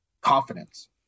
confidence